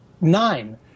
Nine